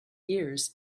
years